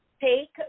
Take